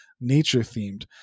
nature-themed